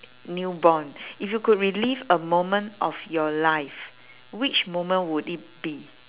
newborn if you could relive a moment of your life which moment would it be